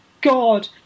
God